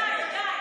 אביר, תרד, די.